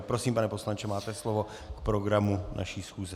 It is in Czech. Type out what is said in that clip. Prosím, pane poslanče, máte slovo k programu naší schůze.